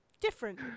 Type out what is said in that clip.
different